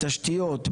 בתשתיות,